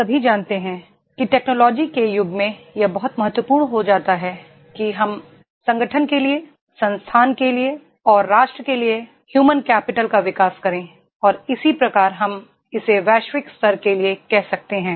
हम सभी जानते हैं कि टेक्नोलॉजी के युग में यह बहुत महत्वपूर्ण हो जाता है कि हम संगठन के लिए संस्थान के लिए और राष्ट्र के लिए ह्यू मन कैपिटल का विकास करें और इसी प्रकार हम इसे वैश्विक स्तर के लिए कह सकते हैं